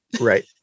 Right